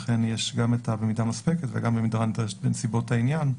לכן יש גם "מידה מספקת" וגם "במידה נדרשת בנסיבות העניין".